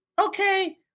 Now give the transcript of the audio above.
Okay